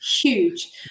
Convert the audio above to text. huge